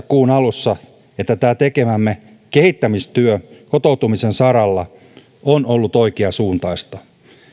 kuun alussa että tekemämme kehittämistyö kotoutumisen saralla on ollut oikeansuuntaista